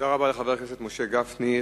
תודה רבה לחבר הכנסת משה גפני.